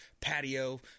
patio